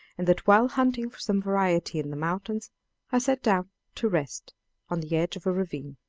and that while hunting for some variety in the mountains i sat down to rest on the edge of a ravine.